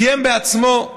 קיים בעצמו: